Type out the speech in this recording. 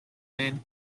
man